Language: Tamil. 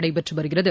நடைபெற்று வருகிறது